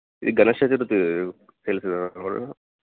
ఈ గణేష్ చతుర్థి తెలుసు కదా తమ్ముడు